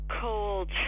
cold